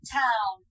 town